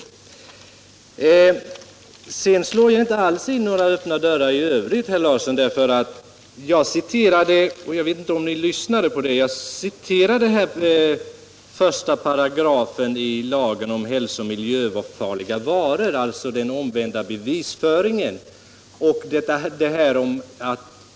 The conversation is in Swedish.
I övrigt slår jag inte alls in några öppna dörrar. Jag citerade — och jag vet inte om ni lyssnade på det — 1 § lagen om hälso och miljöfarliga varor vad beträffar den omvända bevisbördan.